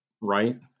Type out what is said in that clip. Right